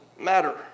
matter